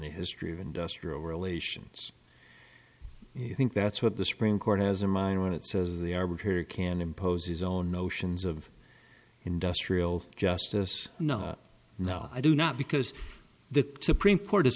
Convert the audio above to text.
the history of industrial relations you think that's what the supreme court has in mind when it says the arbiter can impose his own notions of industrial justice no i do not because the supreme court